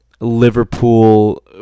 Liverpool